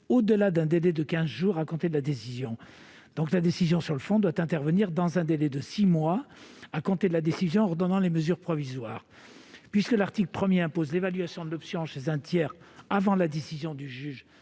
au-delà d'un délai de quinze jours à compter de la décision. La décision sur le fond doit intervenir dans un délai de six mois à compter de la décision ordonnant les mesures provisoires. Puisque l'article 1 impose l'évaluation de l'option chez un tiers avant la décision du juge,